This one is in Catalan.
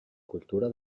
cultura